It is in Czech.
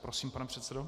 Prosím, pane předsedo.